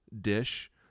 dish